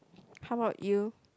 how about you